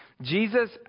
jesus